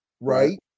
right